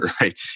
right